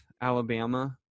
Alabama